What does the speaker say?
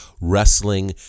Wrestling